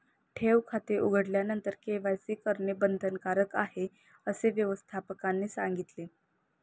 ठेव खाते उघडल्यानंतर के.वाय.सी करणे बंधनकारक आहे, असे व्यवस्थापकाने सांगितले